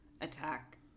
attack